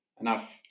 enough